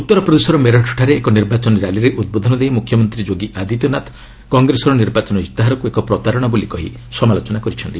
ଉତ୍ତରପ୍ରଦେଶର ମେରଟଠାରେ ଏକ ନିର୍ବାଚନୀ ର୍ୟାଲିରେ ଉଦ୍ବୋଧନ ଦେଇ ମୁଖ୍ୟମନ୍ତ୍ରୀ ଯୋଗୀ ଆଦିତ୍ୟନାଥ କଂଗ୍ରେସର ନିର୍ବାଚନ ଇସ୍ତାହାରକୁ ଏକ ପ୍ରତାରଣା ବୋଲି କହି ସମାଲୋଚନା କରିଛନ୍ତି